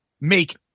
make